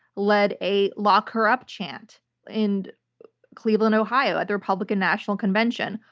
led a lock her up chant in cleveland, ohio at the republican national convention.